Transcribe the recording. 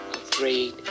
afraid